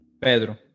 pedro